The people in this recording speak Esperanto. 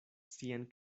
sian